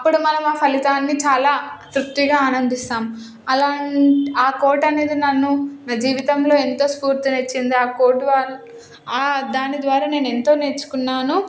అప్పుడు మనం ఆ ఫలితాన్ని చాలా తృప్తిగా ఆనందిస్తాము అలాంటి ఆ కోట్ అనేది నన్ను జీవితంలో ఎంతో స్పూర్థి ఇచ్చింది ఆ కోట్ ఆ దాని ద్వారా నేను ఎంతో నేర్చుకున్నాను